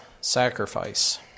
sacrifice